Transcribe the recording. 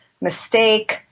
mistake